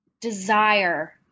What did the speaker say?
desire